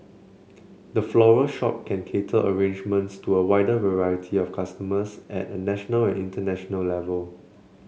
the floral shop can cater arrangements to a wider variety of customers at a national and international level